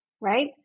right